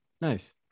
Nice